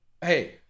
hey